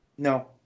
no